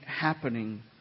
happening